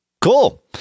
Cool